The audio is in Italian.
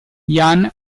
jan